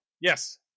Yes